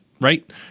right